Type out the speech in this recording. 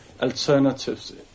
alternatives